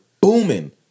booming